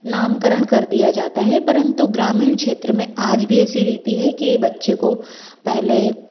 नामकरण कर दिया जाता है परंतु ग्रामीण क्षेत्र में आज भी ऐसी रीति है कि बच्चे को पहले